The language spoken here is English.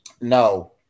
No